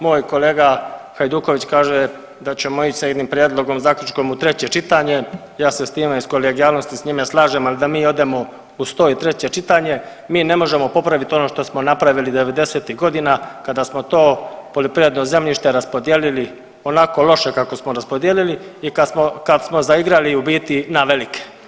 Moj kolega Hajduković kaže da ćemo ići sa jednim prijedlogom zaključkom u treće čitanje, ja se s time iz kolegijalnosti s njime slažem, ali da mi odemo u 103 čitanje mi ne možemo popraviti ono što smo napravili '90.-ih godina kada smo to poljoprivredno zemljište raspodijelili onako loše kako smo raspodijelili i kad smo zaigrali u biti na velike.